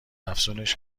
افزونش